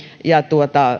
ja